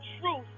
truth